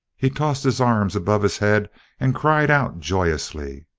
he tossed his arms above his head and cried out joyously.